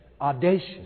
audacious